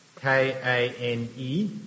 K-A-N-E